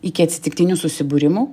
iki atsitiktinių susibūrimų